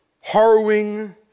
harrowing